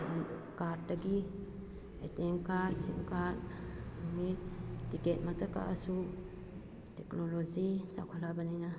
ꯀꯥꯔꯠꯇꯒꯤ A T M card sim card ꯑꯦꯅꯤ ꯇꯤꯀꯦꯠꯃꯛꯇ ꯀꯛꯑꯁꯨ ꯇꯦꯛꯅꯣꯂꯣꯖꯤ ꯆꯥꯎꯈꯠꯂꯛꯑꯕꯅꯤꯅ